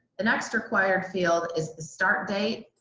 the next required field is the start date.